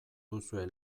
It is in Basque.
duzue